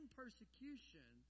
persecution